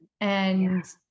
And-